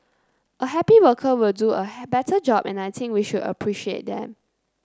a happy worker will do a better job and I think we should appreciate them